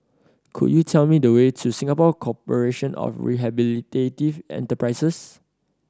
could you tell me the way to Singapore Corporation of Rehabilitative Enterprises